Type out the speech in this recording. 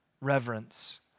reverence